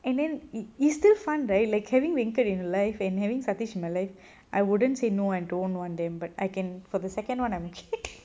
and then it it's still fun day like having beancurd in life and having saltish my life I wouldn't say no I don't want them but I can for the second one I'm chic